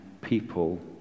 people